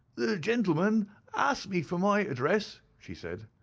the gentleman asked me for my address, she said.